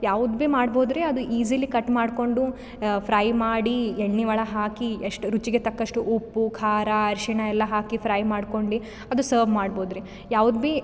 ಯಾವ್ದು ಬಿ ಮಾಡ್ಬೌದ್ರೀ ಅದು ಈಜೀಲಿ ಕಟ್ ಮಾಡಿಕೊಂಡು ಫ್ರೈ ಮಾಡಿ ಎಣ್ಣೆ ಒಳಗೆ ಹಾಕಿ ಎಷ್ಟು ರುಚಿಗೆ ತಕ್ಕಷ್ಟು ಉಪ್ಪು ಖಾರ ಅರಿಶಿಣ ಎಲ್ಲ ಹಾಕಿ ಫ್ರೈ ಮಾಡ್ಕೊಂಡು ಅದು ಸರ್ವ್ ಮಾಡ್ಬೌದ್ರೀ ಯಾವ್ದು ಬಿ